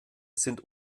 sind